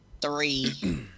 three